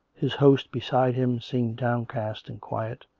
his host beside him seemed downcast and quiet,